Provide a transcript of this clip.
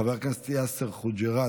חבר הכנסת יאסר חוג'יראת,